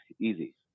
easy